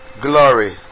Glory